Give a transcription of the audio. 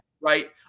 Right